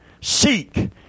Seek